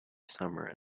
summer